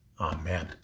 Amen